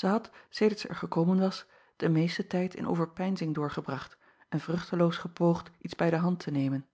ij had sedert zij er geko acob van ennep laasje evenster delen men was den meesten tijd in overpeinzing doorgebracht en vruchteloos gepoogd iets bij de hand te nemen